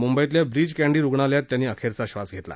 मुंबईतल्या ब्रीच कँडी रुग्णालयात त्यांनी अखेरचा श्वास घेतला